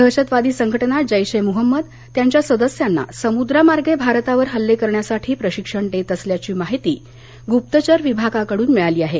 दहशतवादी संघटना जैश ए मोहम्मद त्यांच्या सदस्यांना समुद्रामार्गे भारतावर हल्ले करण्यासाठी प्रशिक्षण देत असल्याधी माहिती गृप्तचर विभागाकडुन मिळालेली आहे